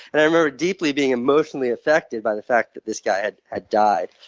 and i remember deeply being emotionally affected by the fact that this guy had ah died.